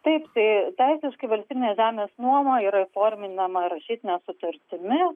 taip tai teisiškai valstybinės žemės nuoma yra įforminama rašytine sutartimi